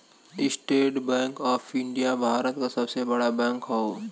estate Bank of India Bharat क सबसे बड़ा बैंक हौ